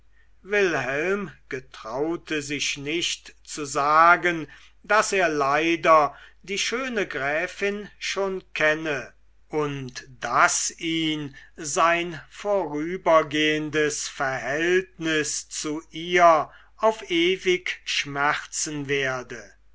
wilhelm getraute sich nicht zu sagen daß er leider die schöne gräfin schon kenne und daß ihn sein vorübergehendes verhältnis zu ihr auf ewig schmerzen werde